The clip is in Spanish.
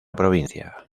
provincia